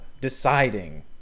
deciding